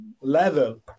level